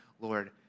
Lord